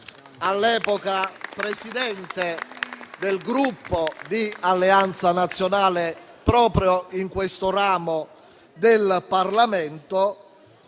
all'epoca Presidente del Gruppo di Alleanza Nazionale proprio in questo ramo del Parlamento.